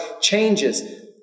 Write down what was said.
changes